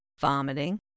vomiting